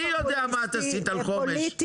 אני יודע מה עשית על חומש,